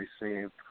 received